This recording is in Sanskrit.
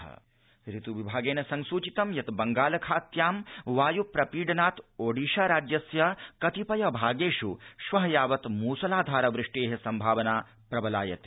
ओडिशावृष्टि ऋतु विभागेन संसूचितं यत् बङ्गाल खात्यां वायु प्रपीडनात् ओडिशा राज्यस्य कतिपय भागेषु श्व यावत् मूसलाधार वृष्टे संभावना प्रबलायते